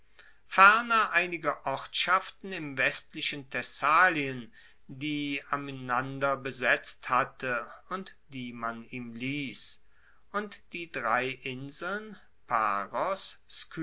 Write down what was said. ferner einige ortschaften im westlichen thessalien die amynander besetzt hatte und die man ihm liess und die drei inseln